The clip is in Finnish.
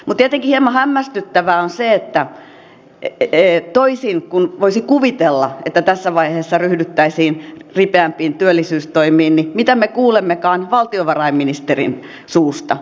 mutta tietenkin hieman hämmästyttävää on se että vaikka voisi kuvitella että tässä vaiheessa ryhdyttäisiin ripeämpiin työllisyystoimiin niin mitä me kuulemmekaan valtiovarainministerin suusta